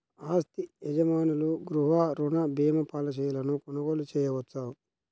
ఆస్తి యజమానులు గృహ రుణ భీమా పాలసీలను కొనుగోలు చేయవచ్చు